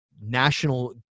national